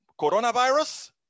coronavirus